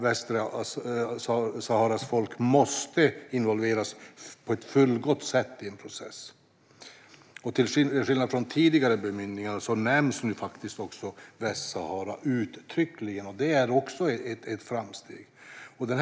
Västsaharas folk måste involveras på ett fullgott sätt i en process. Till skillnad från tidigare bemyndiganden nämns nu Västsahara uttryckligen, och det är också ett framsteg.